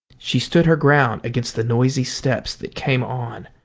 she stood her ground against the noisy steps that came on,